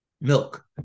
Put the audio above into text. Milk